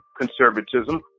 conservatism